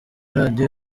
radiyo